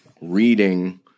reading